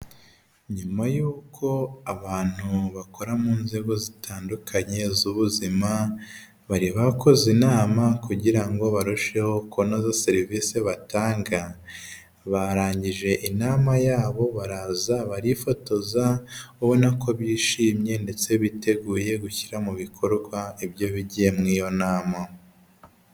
Nyuma y'uko abantu bakora mu nzego zitandukanye z'ubuzima bari bakoze inama kugira ngo barusheho kunoza serivisi batanga, barangije inama yabo baraza barifotoza ubona ko bishimye ndetse biteguye gushyira mu bikorwa ibyo bigiye mu iyo nama.